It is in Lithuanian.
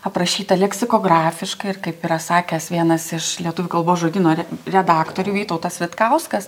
aprašyta leksikografiškai ir kaip yra sakęs vienas iš lietuvių kalbos žodyno redaktorių vytautas vitkauskas